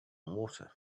water